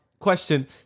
Question